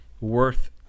worth